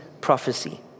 prophecy